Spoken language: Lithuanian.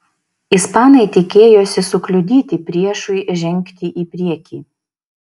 ispanai tikėjosi sukliudyti priešui žengti į priekį